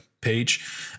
page